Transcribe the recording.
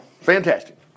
Fantastic